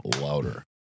louder